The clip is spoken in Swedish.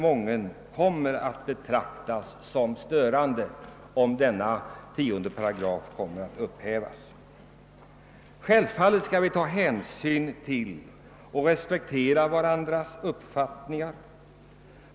Många kommer att betrakta det som stötande om 108 upphävs. Självfallet skall vi ta hänsyn till och respektera varandras uppfattningar.